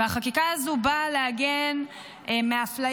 והחקיקה הזו באה להגן מאפליה,